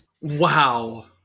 Wow